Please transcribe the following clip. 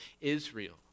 Israel